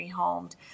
rehomed